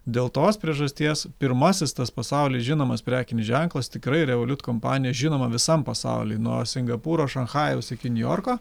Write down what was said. dėl tos priežasties pirmasis tas pasauly žinomas prekinis ženklas tikrai revoliut kompanija žinoma visam pasaulyje nuo singapūro šanchajaus iki niujorko